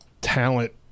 talent